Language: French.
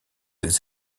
des